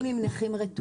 מה עושים עם נכים רתוקים?